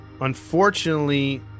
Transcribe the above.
unfortunately